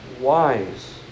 wise